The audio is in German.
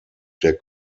der